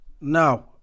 Now